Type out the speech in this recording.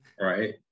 right